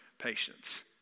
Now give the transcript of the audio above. patience